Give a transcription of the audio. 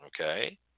okay